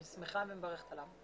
אני שמחה ומברכת על כך.